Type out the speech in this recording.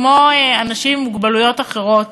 כמו אנשים עם מוגבלויות אחרות,